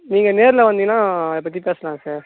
நீங்கள் நேரில் வந்தீங்கன்னால் அதை பற்றி பேசலாம் சார்